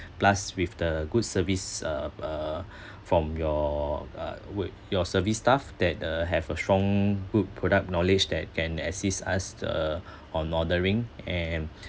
plus with the good service uh uh from your uh work your service staff that uh have a strong good product knowledge that can assist us uh on ordering and